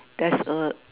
there's a